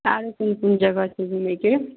आरो कोन कोन जगह छै घुमैके